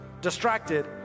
distracted